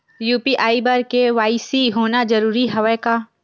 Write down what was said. UPI बर KYC होना जरूरी हवय का?